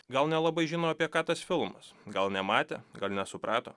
gal nelabai žino apie ką tas filmas gal nematė gal nesuprato